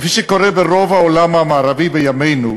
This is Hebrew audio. כפי שקורה ברוב העולם המערבי בימינו,